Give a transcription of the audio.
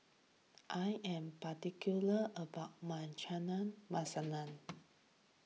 I am particular about my Chana Masala